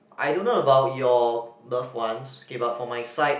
I don't know about your love ones okay but for my side